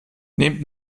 nehmt